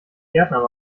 gärtner